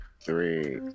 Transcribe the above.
three